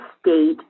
state